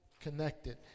Connected